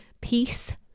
peace